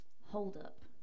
Holdup